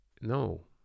No